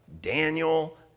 Daniel